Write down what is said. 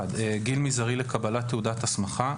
(1)גיל מזערי לקבלת תעודת הסמכה,